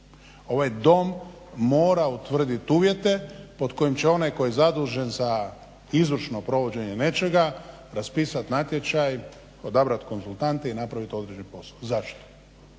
Ovaj Dom mora utvrdit uvjete pod kojim će onaj koji je zadužen za izvršno provođenje nečega raspisati natječaj, odabrat konzultante i napravit određen posao. Zašto?